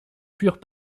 purent